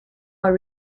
are